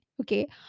okay